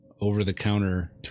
over-the-counter